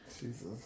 Jesus